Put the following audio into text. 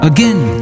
Again